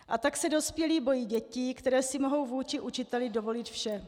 A tak se dospělí bojí dětí, které si mohou vůči učiteli dovolit vše.